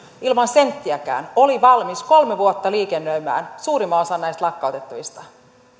ilman senttiäkään oli valmis kolme vuotta liikennöimään suurimman osan näistä lakkautettavista